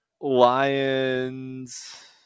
Lions